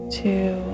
two